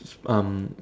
um